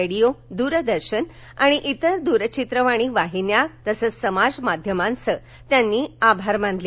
radio दूरदर्शन इतर दूरचित्रवाणी वाहिन्या आणि समाज माध्यमांचे त्यांनी आभार मानले